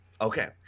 Okay